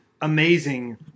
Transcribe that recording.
amazing